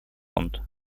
фонд